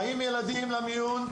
באים ילדים למיון,